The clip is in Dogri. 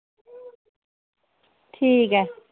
ठीक ऐ